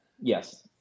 Yes